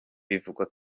bivugwa